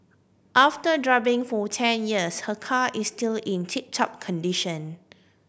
after driving for ten years her car is still in tip top condition